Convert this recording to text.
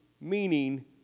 meaning